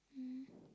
um